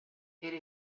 elle